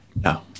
No